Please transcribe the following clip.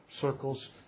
circles